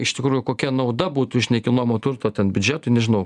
iš tikrųjų kokia nauda būtų iš nekilnojamo turto ten biudžetui nežinau